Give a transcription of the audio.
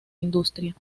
industria